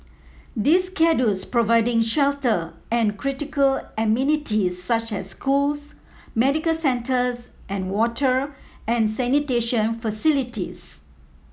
this providing shelter and critical amenities such as schools medical centres and water and sanitation facilities